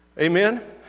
Amen